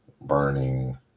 burning